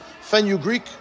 fenugreek